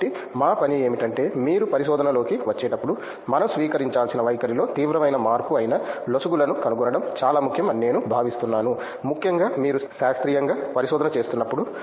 కాబట్టి మా పని ఏమిటంటే మీరు పరిశోధనలోకి వచ్చేటప్పుడు మనం స్వీకరించాల్సిన వైఖరిలో తీవ్రమైన మార్పు అయిన లొసుగులను కనుగొనడం చాలా ముఖ్యం అని నేను భావిస్తున్నాను ముఖ్యంగా మీరు శాస్త్రీయంగా పరిశోధన చేస్తున్నప్పుడు